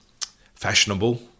fashionable